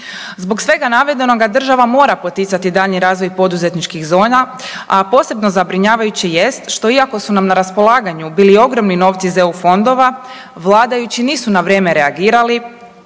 Zbog svega navedenoga država mora poticati daljnji razvoj poduzetničkih zona, a posebno zabrinjavajuće jest što iako su nam na raspolaganju bili ogromni novci iz EU fondova vladajući nisu na vrijeme reagirali